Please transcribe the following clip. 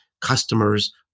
customers